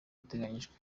biteganyijwe